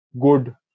good